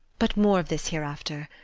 but more of this hereafter.